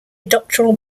doctoral